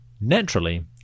Naturally